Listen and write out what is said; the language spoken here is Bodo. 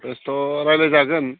बेस्थ' रायलायजागोन